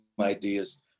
ideas